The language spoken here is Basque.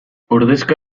ordezka